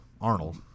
Arnold